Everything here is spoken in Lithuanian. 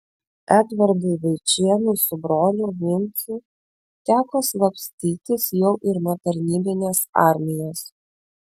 edvardui vaičėnui su broliu vincu teko slapstytis jau ir nuo tarybinės armijos